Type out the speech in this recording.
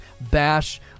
bash